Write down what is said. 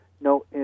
No